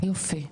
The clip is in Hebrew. יופי,